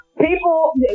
People